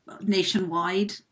nationwide